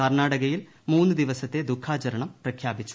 കർണാടകയിൽ മൂന്നു ദിവസത്തെ ദുഃഖാചരണം പ്രഖ്യാപിച്ചു